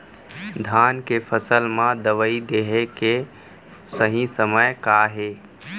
धान के फसल मा दवई देहे के सही समय का हे?